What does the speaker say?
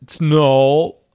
No